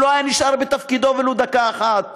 הוא לא היה נשאר בתפקידו ולו דקה אחת.